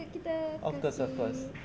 of course of course